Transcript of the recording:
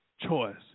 choice